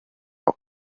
auch